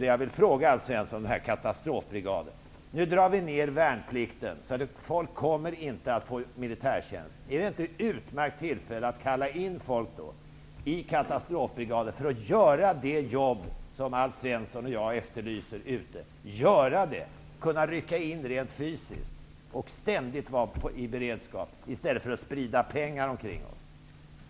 vidare fråga Alf Svensson om katastrofbrigaden. Vi drar nu ned på värnplikten, så att människor inte kommer att gå ut i militärtjänst. Är det inte ett utmärkt tillfälle att kalla in ungdomar till katastrofbrigader för att ute i världen göra det jobb som Alf Svensson och jag efterlyser? De skulle kunna rycka in rent fysiskt och ständigt vara i beredskap, i stället för att vi skall sprida pengar omkring oss.